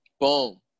Boom